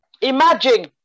Imagine